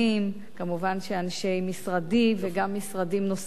כמובן אנשי משרדי וגם משרדים נוספים,